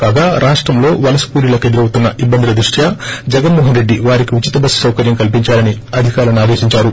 కాగా రాష్టంలో వలస కూలీలకు ఎదురవుతున్న ఇబ్బందుల దృష్ట్యా జగన్మోహన్ రెడ్డి వారికి ఉచిత బస్సు సౌకర్యం కల్పిందాలని అధికారులను ఆదేశిందారు